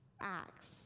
Acts